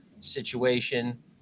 situation